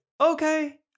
okay